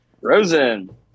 Rosen